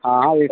हाँ हाँ